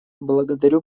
благодарю